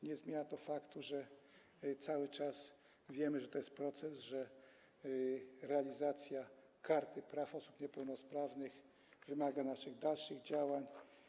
Nie zmienia to faktu, że cały czas wiemy, że to jest proces, że realizacja Karty Praw Osób Niepełnosprawnych wymaga naszych dalszych działań.